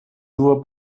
nur